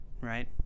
Right